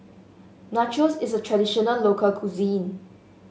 nachos is a traditional local cuisine